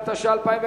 התש"ע 2010,